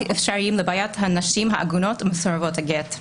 אפשריים לבעיית הנשים העגונות ומסורבות הגט.